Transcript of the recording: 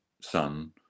son